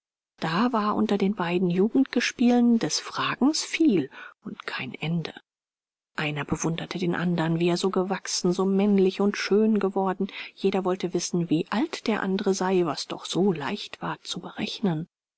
da war unter den beiden jugendgespielen des fragens viel und kein ende einer bewunderte den andern wie er so gewachsen so männlich und schön geworden jeder wollte wissen wie alt der andere sei was doch so leicht war zu berechnen